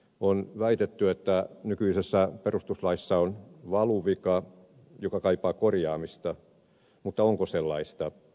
on väitetty että nykyisessä perustuslaissa on valuvika joka kaipaa korjaamista mutta onko sellaista